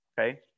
okay